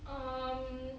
um